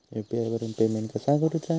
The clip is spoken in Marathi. यू.पी.आय वरून पेमेंट कसा करूचा?